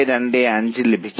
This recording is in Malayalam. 625 ലഭിക്കും